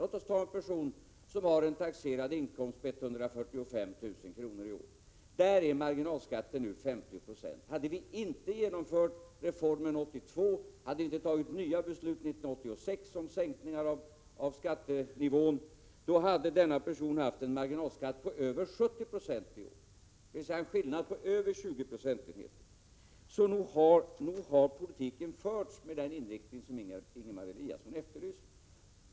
Låt oss som exempel ta en person som har en taxerad inkomst på 145 000 kr. i år. I det fallet blir marginalskatten nu 50 20. Hade vi inte genomfört reformen 1982 och hade vi inte tagit nya beslut 1986 om sänkningar av skattenivån, hade denna person fått en marginalskatt på över 70 96 i år, dvs. en skillnad på över 20 procentenheter. Nog har politiken förts med den inriktning som Ingemar Eliasson efterlyste.